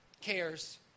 cares